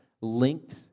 linked